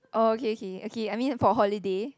oh okay okay okay I mean for holiday